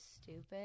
stupid